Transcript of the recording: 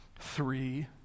three